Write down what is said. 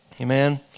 Amen